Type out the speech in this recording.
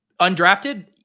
Undrafted